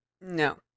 No